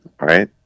right